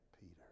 Peter